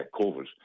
COVID